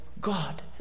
God